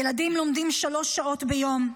ילדים לומדים שלוש שעות ביום.